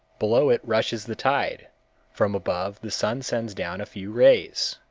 below it rushes the tide from above the sun sends down a few rays.